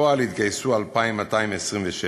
ובפועל התגייסו 2,226,